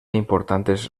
importantes